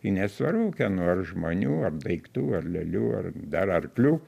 tai nesvarbu kieno ar žmonių ar daiktų ar lėlių ar dar arklių